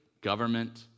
government